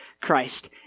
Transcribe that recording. Christ